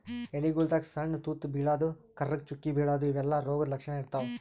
ಎಲಿಗೊಳ್ದಾಗ್ ಸಣ್ಣ್ ತೂತಾ ಬೀಳದು, ಕರ್ರಗ್ ಚುಕ್ಕಿ ಬೀಳದು ಇವೆಲ್ಲಾ ರೋಗದ್ ಲಕ್ಷಣ್ ಇರ್ತವ್